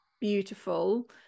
beautiful